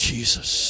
Jesus